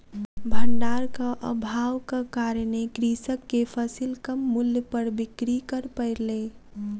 भण्डारक अभावक कारणेँ कृषक के फसिल कम मूल्य पर बिक्री कर पड़लै